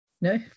no